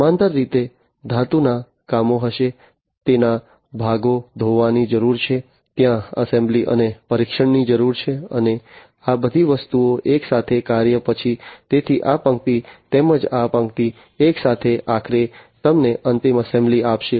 સમાંતર રીતે ધાતુના કામો હશે તેના ભાગો ધોવાની જરૂર છે ત્યાં એસેમ્બલી અને પરીક્ષણની જરૂર છે અને આ બધી વસ્તુઓ એકસાથે કર્યા પછી તેથી આ પંક્તિ તેમજ આ પંક્તિ એકસાથે આખરે તમને અંતિમ એસેમ્બલી આપશે